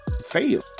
fail